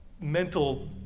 mental